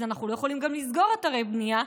אז אנחנו לא יכולים גם לסגור אתרי בנייה,